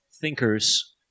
thinkers